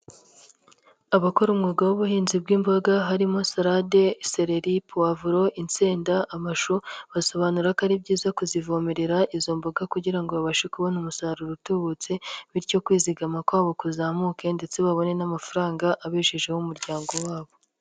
Abakora umwuga w'ubuhinzi bw'imboga harimo sarade, sereri, puwavuro, insenda, amashu, basobanura ko ari byiza kuzivomerera izo mboga kugira ngo babashe kubona umusaruro utubutse bityo kwizigama kwabo kuzamuke ndetse babone n'amafaranga abeshejeho umuryango wabo.